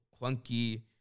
clunky